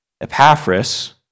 Epaphras